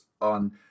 on